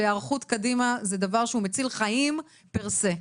והיערכות קדימה זה דבר שהוא מציל חיים פר סה.